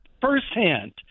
firsthand